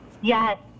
yes